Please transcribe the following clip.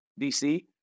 DC